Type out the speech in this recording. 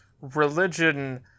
religion